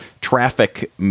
traffic